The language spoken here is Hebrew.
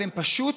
אתם פשוט,